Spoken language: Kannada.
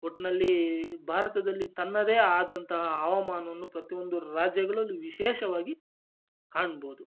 ಒಟ್ಟಿನಲ್ಲಿ ಭಾರತದಲ್ಲಿ ತನ್ನದೇ ಆದಂತಹ ಹವಾಮಾನವನ್ನು ಪ್ರತಿಯೊಂದು ರಾಜ್ಯಗಳಲ್ಲು ವಿಶೇಷವಾಗಿ ಕಾಣ್ಬೋದು